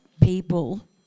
people